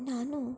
ನಾನು